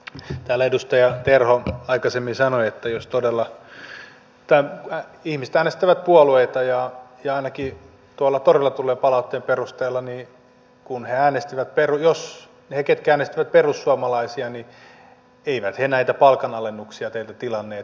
kuten täällä edustaja terho aikaisemmin sanoi todella ihmiset äänestävät puolueita ja näki tuolla torilla tulee palattiin ainakin tuolta toreilta tulleen palautteen perusteella ne jotka äänestivät perussuomalaisia eivät näitä palkanalennuksia teiltä tilanneet